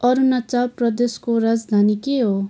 अरुणाचल प्रदेशको राजधानी के हो